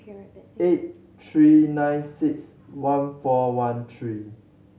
eight three nine six one four one three